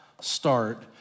start